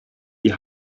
die